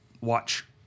watch